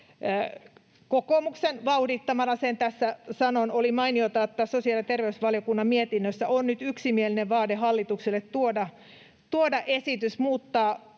kokoomuksen vauhdittamana — sen tässä sanon — sosiaali- ja terveysvaliokunnan mietinnössä on nyt yksimielinen vaade hallitukselle tuoda esitys muuttaa